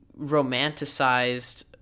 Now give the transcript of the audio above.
romanticized